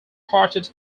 parted